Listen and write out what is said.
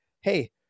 hey